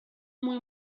muy